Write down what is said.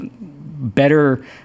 better